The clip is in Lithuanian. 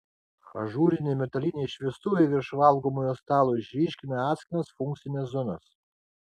ažūriniai metaliniai šviestuvai virš valgomojo stalo išryškina atskiras funkcines zonas